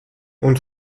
und